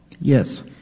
Yes